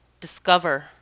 discover